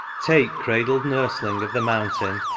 take, cradled nursling of the mountain,